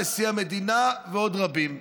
נשיא המדינה ועוד רבים.